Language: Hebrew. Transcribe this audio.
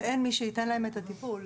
ואין מי שייתן להם את הטיפול.